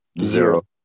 Zero